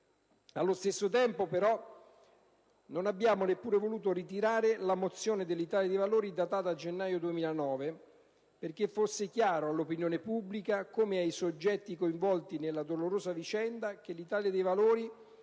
Allo stesso tempo però, non abbiamo neppure voluto ritirare la mozione dell'Italia dei Valori datata gennaio 2009, perché fosse chiaro all'opinione pubblica, come ai soggetti coinvolti nella dolorosa vicenda, che l'Italia dei Valori